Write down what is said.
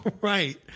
Right